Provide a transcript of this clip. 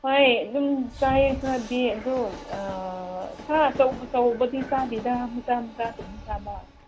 ꯍꯣꯏ ꯑꯗꯨꯝ ꯆꯥꯏꯌꯦ ꯈꯔꯗꯤ ꯑꯗꯨ ꯁꯥ ꯑꯆꯧ ꯑꯆꯧꯕꯗꯤ ꯆꯥꯗꯦꯗ ꯃꯆꯥ ꯃꯆꯥꯇꯅꯤ ꯆꯥꯕ